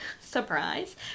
Surprise